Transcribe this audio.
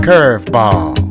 Curveball